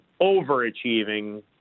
overachieving